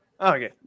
okay